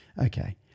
okay